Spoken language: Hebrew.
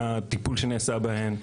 מה הטיפול שנעשה בהן.